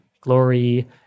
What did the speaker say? glory